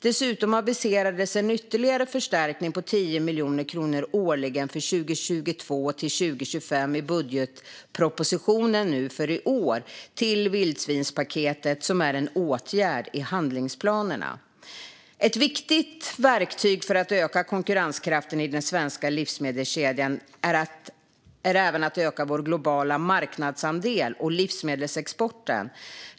Dessutom aviserades en ytterligare förstärkning på 10 miljoner kronor årligen för 2022-2025 i budgetpropositionen för i år till vildsvinspaketet, som är en åtgärd i handlingsplanerna. Ett viktigt verktyg för att öka konkurrenskraften i den svenska livsmedelskedjan är även att öka vår globala marknadsandel och livsmedelsexporten.